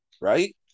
right